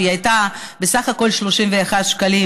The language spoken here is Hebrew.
שהיא הייתה בסך הכול 31 שקלים,